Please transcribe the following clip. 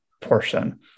portion